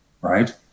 right